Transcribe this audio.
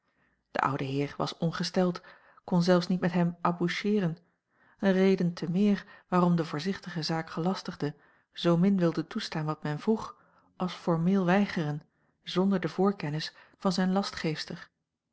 de oude heer was ongesteld kon zelfs niet met hem aboucheeren een reden te meer waarom de voorzichtige zaakgelastigde zoomin wilde toestaan wat men vroeg als formeel weigeren zonder de voorkennis van zijne